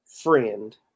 friend